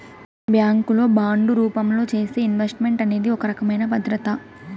bank లో bond రూపంలో చేసే ఇన్వెస్ట్ మెంట్ అనేది ఒక రకమైన భద్రత